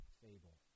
fable